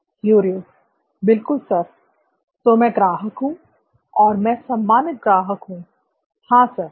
क्युरिओ बिल्कुल सर तो मैं ग्राहक हूं और मैं सम्मानित ग्राहक हूं हां सर